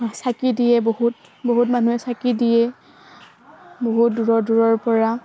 চাকি দিয়ে বহুত বহুত মানুহে চাকি দিয়ে বহুত দূৰৰ দূৰৰপৰা